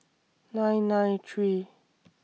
nine nine three